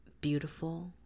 beautiful